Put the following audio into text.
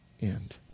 end